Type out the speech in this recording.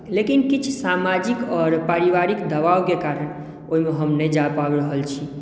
लेकिन किछु सामाजिक आओर परिवारिक दबावके कारण ओहिमे हम नहि जा पाबि रहल छी